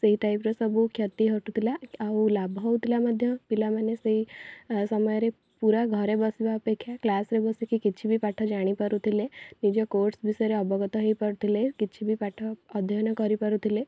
ସେଇ ଟାଇପ୍ ର ସବୁ କ୍ଷତି ଘଟୁଥିଲା ଆଉ ଲାଭ ହଉଥିଲା ମଧ୍ୟ ପିଲାମାନେ ସେଇ ସମୟରେ ପୁରା ଘରେ ବସିବା ଅପେକ୍ଷା କ୍ଲାସ୍ ରେ ବସିକି କିଛି ବି ପାଠ ଜାଣିପାରୁଥିଲେ ନିଜ କୋର୍ସ ବିଷୟରେ ଅବଗତ ହେଇପାରୁଥିଲେ କିଛି ବି ପାଠଅଧ୍ୟୟନ କରିପାରୁଥିଲେ